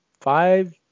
five